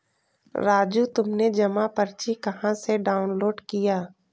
राजू तुमने जमा पर्ची कहां से डाउनलोड किया?